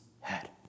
head